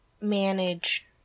manage